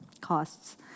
costs